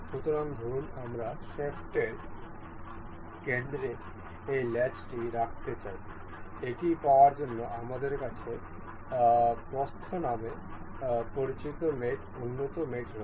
সুতরাং ধরুন আমরা শ্যাফটের কেন্দ্রে এই ল্যাচ টি রাখতে চাই এটি পাওয়ার জন্য আমাদের কাছে প্রস্থ নামে পরিচিত মেট উন্নত মেট রয়েছে